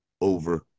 over